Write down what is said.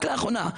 רק לאחרונה,